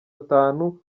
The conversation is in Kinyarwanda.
atanu